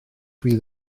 fydd